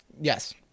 yes